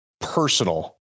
personal